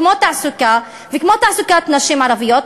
כמו תעסוקה וכמו תעסוקת נשים ערביות,